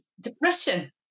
depression